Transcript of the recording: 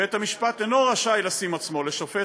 "בית המשפט אינו רשאי לשים עצמו לשופט